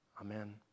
Amen